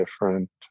different